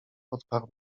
odparł